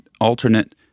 alternate